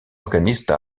organiste